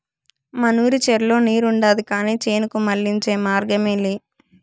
మనూరి చెర్లో నీరుండాది కానీ చేనుకు మళ్ళించే మార్గమేలే